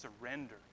surrender